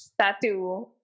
tattoo